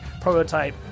prototype